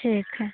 ठीक है